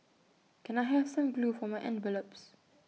can I have some glue for my envelopes